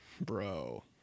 bro